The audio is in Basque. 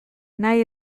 nahi